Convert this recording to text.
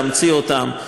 אי-אפשר להמציא אותם,